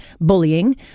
bullying